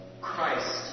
Christ